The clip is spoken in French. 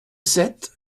sept